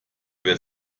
wer